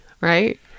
Right